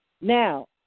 Now